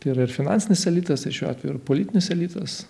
yra ir finansinis elitas ir šiuo atveju ir politinis elitas